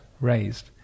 raised